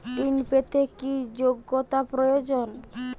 ঋণ পেতে কি যোগ্যতা প্রয়োজন?